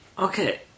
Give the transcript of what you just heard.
Okay